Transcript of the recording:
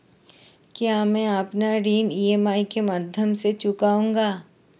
क्या मैं अपना ऋण ई.एम.आई के माध्यम से चुकाऊंगा?